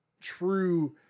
true